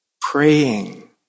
praying